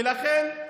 ולכן,